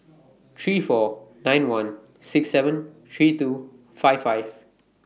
three four nine one six seven three two five five